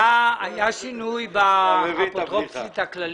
היה שינוי אצל האפוטרופסית הכללית?